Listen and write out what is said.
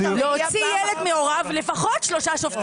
להוציא ילד מהוריו לפחות שלושה שופטים.